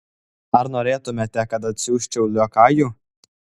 ar norėtumėte kad atsiųsčiau liokajų